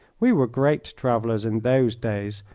we were great travellers in those days.